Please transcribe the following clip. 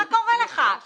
מה קורה לך?